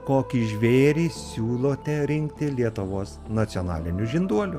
kokį žvėrį siūlote rinkti lietuvos nacionaliniu žinduoliu